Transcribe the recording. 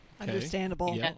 understandable